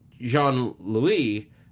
Jean-Louis